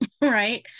right